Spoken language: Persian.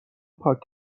پاک